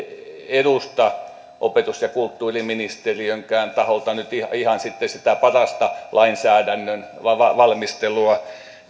edusta opetus ja kulttuuriministeriönkään taholta ihan sitten sitä parasta lainsäädännön valmistelua